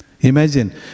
Imagine